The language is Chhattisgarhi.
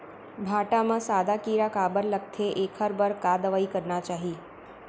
भांटा म सादा कीरा काबर लगथे एखर बर का दवई करना चाही?